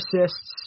assists